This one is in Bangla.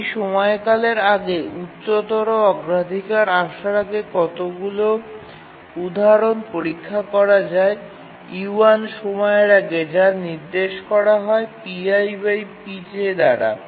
এই সময়কালের আগে উচ্চতর অগ্রাধিকার আসার আগে কতগুলি উদাহরণ পরীক্ষা করা যায় e1 সময়ের আগে যা নির্দেশ করা হয় দ্বারা